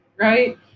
right